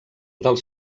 dels